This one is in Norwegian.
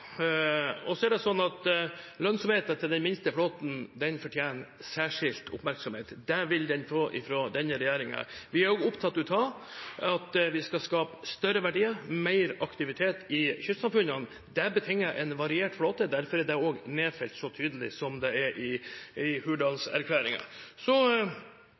den minste flåten fortjener særskilt oppmerksomhet. Det vil den få fra denne regjeringen. Vi er også opptatt av å skape større verdier og mer aktivitet i kystsamfunnene. Det betinger en variert flåte. Derfor er det også nedfelt så tydelig som det er i Hurdalsplattformen. Jeg har stor respekt for at det finnes utålmodighet i denne salen når det gjelder en så